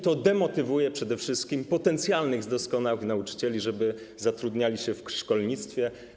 To demotywuje przede wszystkim potencjalnych doskonałych nauczycieli, żeby zatrudniali się w szkolnictwie.